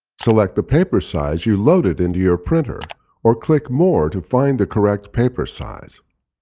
select the paper size you loaded into your printer or click more to find the correct paper size.